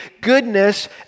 goodness